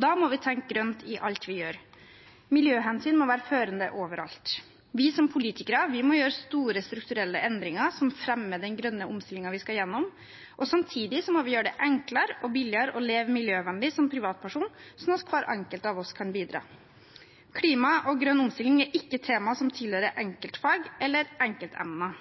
Da må vi tenke grønt i alt vi gjør. Miljøhensyn må være førende overalt. Vi som politikere må gjøre store, strukturelle endringer som fremmer den grønne omstillingen vi skal igjennom, og samtidig må vi gjøre det enklere og billigere å leve miljøvennlig som privatperson, slik at hver enkelt av oss kan bidra. Klima og grønn omstilling er ikke tema som tilhører enkeltfag eller